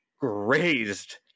grazed